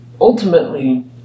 ultimately